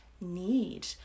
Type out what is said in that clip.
need